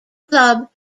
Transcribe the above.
club